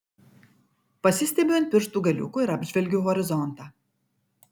pasistiebiu ant pirštų galiukų ir apžvelgiu horizontą